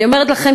אני אומרת לכם,